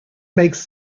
makes